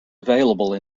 available